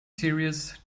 series